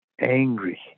angry